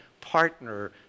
partner